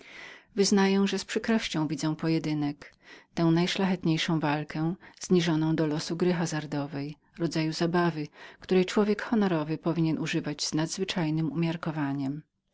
wyznaję że z przykrością widzę pojedynek tę najszlachdtniejsząnajszlachetniejszą walkę zniżoną do losu gry hazardownej rodzaju zabawy której człowiek honorowy powinien używać z nadzwyczajnem umiarkowaniem